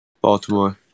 Baltimore